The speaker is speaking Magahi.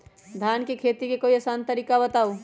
धान के खेती के कोई आसान तरिका बताउ?